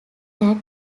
that